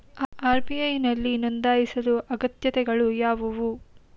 RBI ನಲ್ಲಿ ನೊಂದಾಯಿಸಲು ಅಗತ್ಯತೆಗಳು ಯಾವುವು?